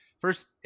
First